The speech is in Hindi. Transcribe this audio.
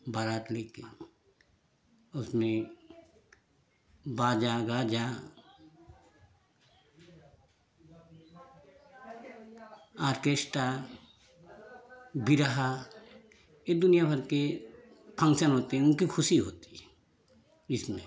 बारात लेके उसमें बाजा गाजा ऑर्केस्ट्रा बिरहा ये दुनियाभर के फंक्शन होते हैं उनकी खुशी होती है इसमें